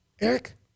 Eric